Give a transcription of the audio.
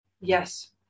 Yes